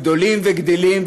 גדולים וגדלים,